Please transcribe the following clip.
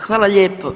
Hvala lijepo.